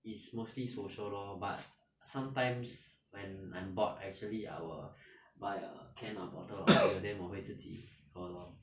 is mostly social lor but sometimes when I'm bored actually I will buy a can or a bottle of beer then 我会自己喝 lor